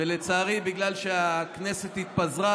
ולצערי בגלל שהכנסת התפזרה,